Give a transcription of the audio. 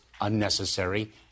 unnecessary